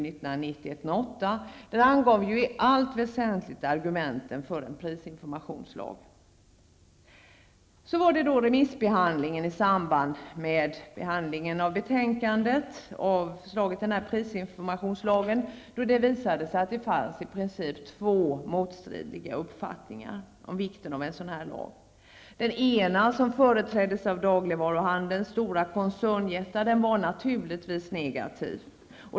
I Så kom remissbehandlingen. I samband med behandlingen av betänkandet om förslaget till prisinformationslag visade det sig att det i princip fanns två motstridiga uppfattningar om vikten av en sådan lag. Den ena, som företräddes av dagligvaruhandelns stora koncernjättar, var naturligtvis negativ.